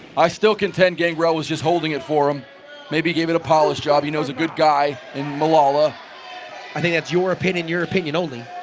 i still contend gangrel was just holding it for um maybe gave it a polish job. he knows a good guy in malolla bc i think thats your opinion your opinion only